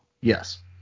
Yes